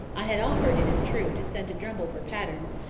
i had offered, it is true, to send to drumble for patterns,